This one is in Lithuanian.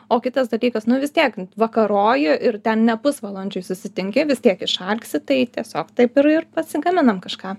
o kitas dalykas nu vis tiek vakaroji ir ten ne pusvalandžiui susitinki vis tiek išalksi tai tiesiog taip ir ir pasigaminam kažką